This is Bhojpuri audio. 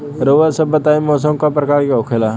रउआ सभ बताई मौसम क प्रकार के होखेला?